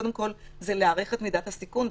קודם כל להעריך את מידת הסיכון,